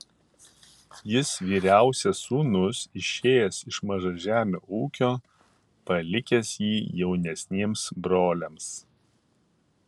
jis vyriausias sūnus išėjęs iš mažažemio ūkio palikęs jį jaunesniems broliams